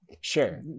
Sure